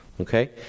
Okay